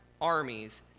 armies